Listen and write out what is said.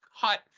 cut